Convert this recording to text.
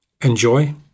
Enjoy